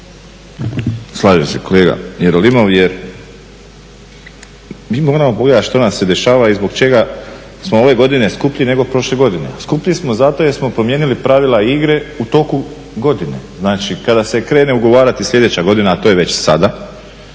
Slažem se kolega Jerolimov jer mi moramo pogledati što nam se dešava i zbog čega smo ove godine skuplji nego prošle godine. Skuplji smo zato jer smo promijenili pravila igre u toku godine. Znači kada se krene ugovarati sljedeća godina a to je već sada